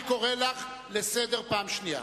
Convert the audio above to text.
אני קורא לך לסדר פעם שנייה.